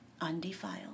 undefiled